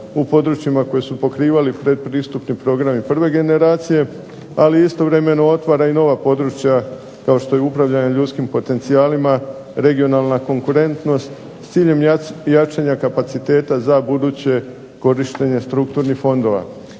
u područjima koji su pokrivali pretpristupni program prve generacije, ali istovremeno otvara i nova područja kao što je upravljanje ljudskim potencijalima, regionalna konkurentnost, s ciljem jačanja kapaciteta za buduće korištenje strukturnih fondova.